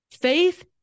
faith